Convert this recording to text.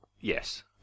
Yes